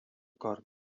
corb